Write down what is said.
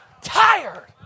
tired